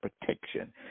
protection